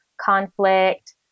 conflict